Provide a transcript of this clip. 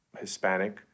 Hispanic